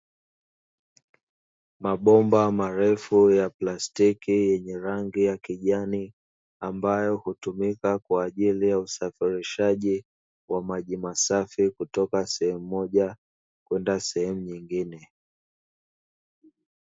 Mabomba marefu ya plastiki yenye rangi ya kijani, ambayo hutumika kwa ajili ya usafirishaji wa maji masafi kutoka sehemu moja kwenda sehemu nyingine.